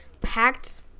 packed